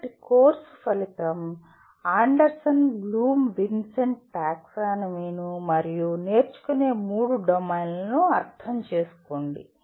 కాబట్టి కోర్సు ఫలితం అండర్సన్ బ్లూమ్ విన్సెంటి టాక్సానమీను మరియు నేర్చుకునే మూడు డొమైన్లను అర్థం చేసుకోండి